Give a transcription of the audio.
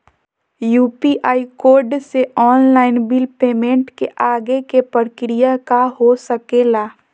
UPI code से online bill payment के आगे के प्रक्रिया का हो सके ला?